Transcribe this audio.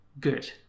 good